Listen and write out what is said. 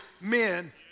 Men